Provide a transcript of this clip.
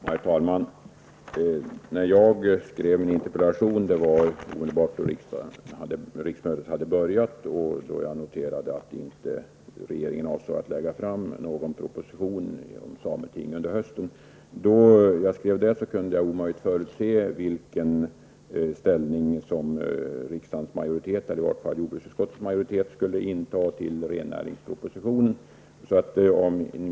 Herr talman! När jag skrev min interpellation i början av detta riksmöte, då jag noterade att regeringen inte avsåg att lämna någon proposition om sameting under hösten, kunde jag omöjligen förutse vilken ställning jordbruksutskottets majoritet skulle inta till rennäringspropositionen.